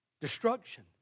Destruction